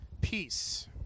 peace